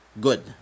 good